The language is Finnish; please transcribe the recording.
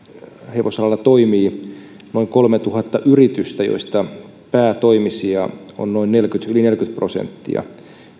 hevosalalla toimii noin kolmetuhatta yritystä joista päätoimisia on yli neljäkymmentä prosenttia